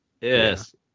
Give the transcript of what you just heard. Yes